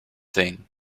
thing